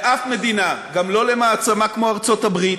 לשום מדינה, גם לא למעצמה כמו ארצות-הברית,